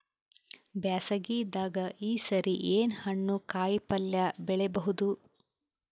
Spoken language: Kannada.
ಬ್ಯಾಸಗಿ ದಾಗ ಈ ಸರಿ ಏನ್ ಹಣ್ಣು, ಕಾಯಿ ಪಲ್ಯ ಬೆಳಿ ಬಹುದ?